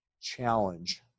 challenge